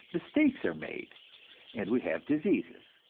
mistakes are made and we have diseases.